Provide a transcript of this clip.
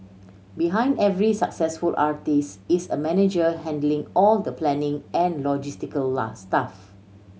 behind every successful artist is a manager handling all the planning and logistical stuff